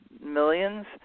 millions